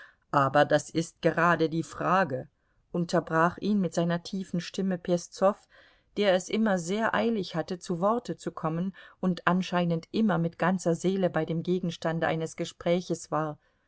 aber das ist gerade die frage unterbrach ihn mit seiner tiefen stimme peszow der es immer sehr eilig hatte zu worte zu kommen und anscheinend immer mit ganzer seele bei dem gegenstande eines gespräches war